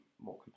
more